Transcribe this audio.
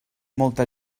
molta